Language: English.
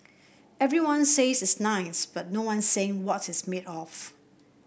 everyone says it's nice but no one's saying what it's made of